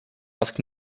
ask